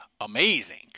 amazing